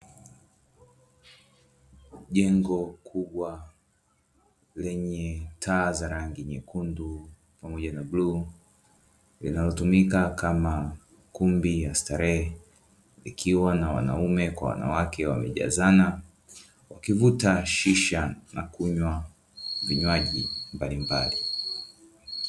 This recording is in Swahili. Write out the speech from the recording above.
Jengo kubwa lenye taa za rangi nyekundu pamoja na buluu linalotumika kama kumbi la starehe likiwa na wanaume kwa wanawake wamejazana, wakivuta shisha na kunywa vinywaji mbalimbali.